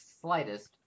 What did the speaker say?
slightest